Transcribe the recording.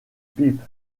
pipe